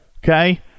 Okay